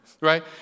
Right